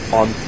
on